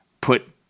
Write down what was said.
put